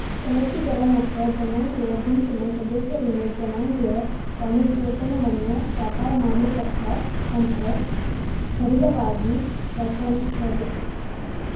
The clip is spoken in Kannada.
ವಲಸಿಗರ ಮತ್ತ ಜನಾಂಗೇಯ ಗುಂಪಿನ್ ಸದಸ್ಯರಿಂದ್ ಜನಾಂಗೇಯ ವಾಣಿಜ್ಯೋದ್ಯಮವನ್ನ ವ್ಯಾಪಾರ ಮಾಲೇಕತ್ವ ಅಂತ್ ಸಡಿಲವಾಗಿ ವ್ಯಾಖ್ಯಾನಿಸೇದ್